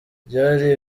byari